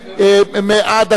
100 דקות,